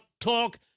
talk